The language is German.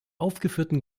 aufgeführten